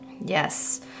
Yes